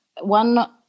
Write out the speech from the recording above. one